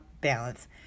balance